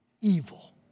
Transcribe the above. evil